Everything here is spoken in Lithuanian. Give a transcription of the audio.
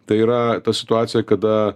tai yra ta situacija kada